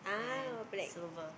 ah black